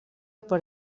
per